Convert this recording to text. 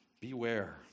Beware